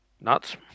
Nuts